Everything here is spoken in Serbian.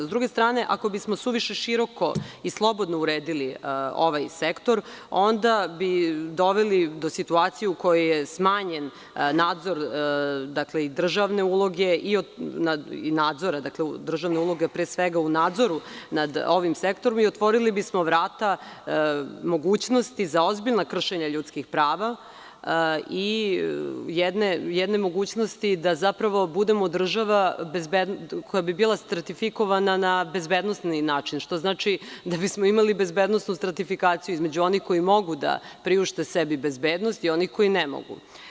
S druge strane, ako bismo suviše široko i slobodno uredili ovaj sektor, onda bi doveli do situacije u kojoj je smanjen nadzor i državne uloge, pre svega u nadzoru nad ovim sektorom i otvorili bismo vrata mogućnosti za ozbiljna kršenja ljudskih prava i jedne mogućnosti da zapravo budemo država koja bi bila stratifikovana na bezbednosni način, što znači da bismo imali bezbednosnu stratifikaciju između njih koji mogu da priušte sebi bezbednost i onih koji ne mogu.